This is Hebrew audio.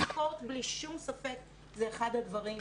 וספורט בלי שום ספק זה אחד הדברים.